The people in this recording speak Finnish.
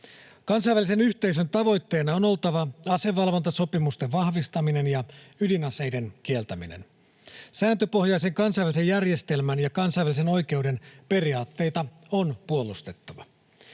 Kansainvälisen yhteisön tavoitteena on oltava asevalvontasopimusten vahvistaminen ja ydinaseiden kieltäminen. Sääntöpohjaisen kansainvälisen järjestelmän ja kansainvälisen oikeuden periaatteita on puolustettava.